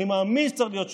אני מאמין שצריך להיות שינוי.